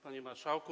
Panie Marszałku!